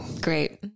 Great